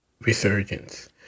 Resurgence